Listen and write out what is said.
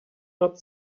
not